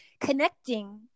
connecting